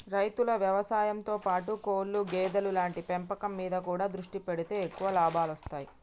రైతులు వ్యవసాయం తో పాటు కోళ్లు గేదెలు లాంటి పెంపకం మీద కూడా దృష్టి పెడితే ఎక్కువ లాభాలొస్తాయ్